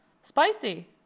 Spicy